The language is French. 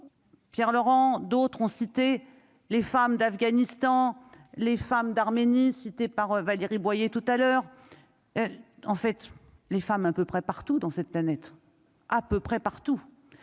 Pierre Laurent, d'autres ont cité les femmes d'Afghanistan les femmes d'Arménie, cité par Valérie Boyer tout à l'heure, en fait, les femmes à peu près partout dans cette planète à peu près partout